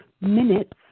minutes